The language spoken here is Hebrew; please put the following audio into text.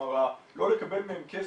כלומר לא לקבל מהם כסף,